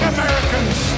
Americans